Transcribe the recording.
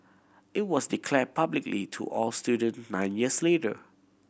it was declare publicly to all student nine years later